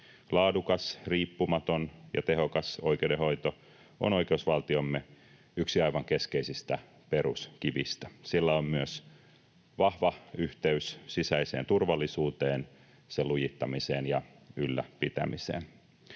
Laadukas, riippumaton ja tehokas oikeudenhoito on oikeusvaltiomme yksi aivan keskeisistä peruskivistä. Sillä on myös vahva yhteys sisäiseen turvallisuuteen, sen lujittamiseen ja ylläpitämiseen.